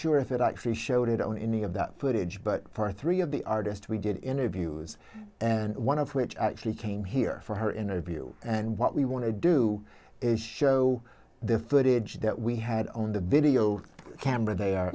sure if it actually showed it on any of that footage but for three of the artists we did interviews and one of which actually came here for her interview and what we want to do is show the footage that we had on the video camera they are